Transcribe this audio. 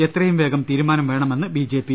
എത്രയും വേഗം തീരുമാനം വേണ്മെന്ന് ബിജെപി